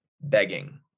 begging